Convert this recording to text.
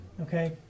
okay